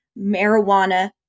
marijuana